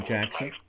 Jackson